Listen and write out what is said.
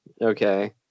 okay